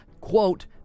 quote